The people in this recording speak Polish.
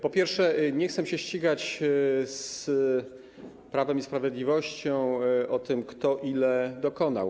Po pierwsze, nie chce mi się ścigać z Prawem i Sprawiedliwością i mówić, kto ile dokonał.